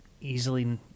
easily